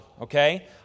Okay